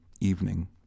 Evening